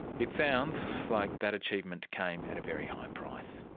it sounds like that achievement came at a very high price.